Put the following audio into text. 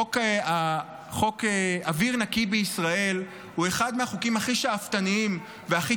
חוק אוויר נקי בישראל הוא אחד מהחוקים הכי שאפתניים והכי